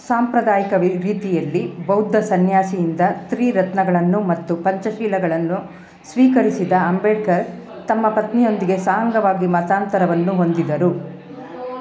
ಸಾಂಪ್ರದಾಯಿಕ ವಿದ್ ರೀತಿಯಲ್ಲಿ ಬೌದ್ಧ ಸನ್ಯಾಸಿಯಿಂದ ತ್ರೀರತ್ನಗಳನ್ನು ಮತ್ತು ಪಂಚಶೀಲಗಳನ್ನು ಸ್ವೀಕರಿಸಿದ ಅಂಬೇಡ್ಕರ್ ತಮ್ಮ ಪತ್ನಿಯೊಂದಿಗೆ ಸಾಂಗವಾಗಿ ಮತಾಂತರವನ್ನು ಹೊಂದಿದರು